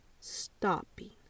stopping